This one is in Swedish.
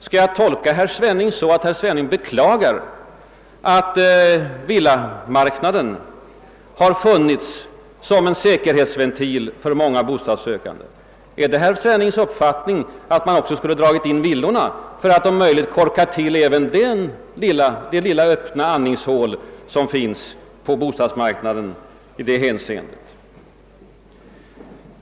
Skall jag tolka herr Svennings yttrande så att han beklagar att den fria villamarknaden har utgjort en säkerhetsventil för många bostadssökande? Är det herr Svennings uppfattning att man också skulle ha dragit in villorna i regleringen för att om möjligt »korka till» även detta lilla andningshål på bostadsmarknaden?